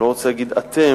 אני לא רוצה להגיד "אתם",